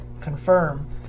confirm